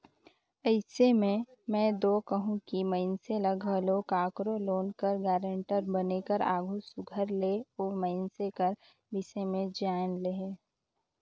अइसे में में दो कहूं कि मइनसे ल घलो काकरो लोन कर गारंटर बने कर आघु सुग्घर ले ओ मइनसे कर बिसे में जाएन लेहे